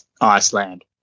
Iceland